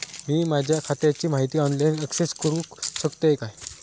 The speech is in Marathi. मी माझ्या खात्याची माहिती ऑनलाईन अक्सेस करूक शकतय काय?